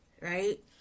right